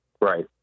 Right